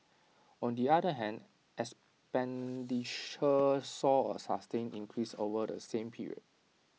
on the other hand expenditure saw A sustained increase over the same period